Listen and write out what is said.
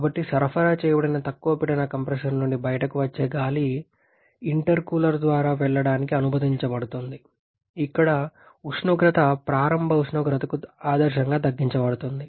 కాబట్టి సరఫరా చేయబడిన తక్కువ పీడన కంప్రెసర్ నుండి బయటకు వచ్చే గాలి ఇంటర్కూలర్ ద్వారా వెళ్ళడానికి అనుమతించబడుతుంది ఇక్కడ ఉష్ణోగ్రత ప్రారంభ ఉష్ణోగ్రతకు ఆదర్శంగా తగ్గించబడుతుంది